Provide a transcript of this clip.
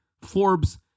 Forbes